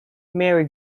mary